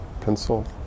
pencil